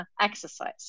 exercise